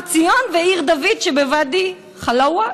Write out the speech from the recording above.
הר ציון ועיר דוד שבוואדי חילווה.